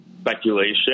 speculation